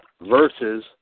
versus